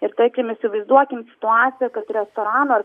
ir tarkim įsivaizduokim situaciją kad restorano ar